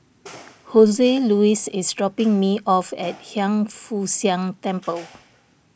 Joseluis is dropping me off at Hiang Foo Siang Temple